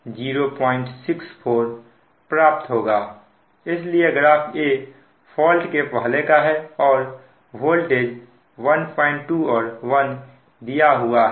इसलिए graph A fault के पहले का है और वोल्टेज 12 और 1 दिया हुआ है